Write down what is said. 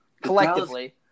collectively